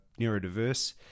neurodiverse